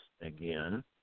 again